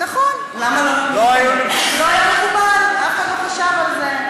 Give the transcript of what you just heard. נכון, לא היה מקובל, אף אחד לא חשב על זה.